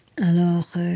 Alors